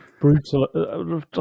brutal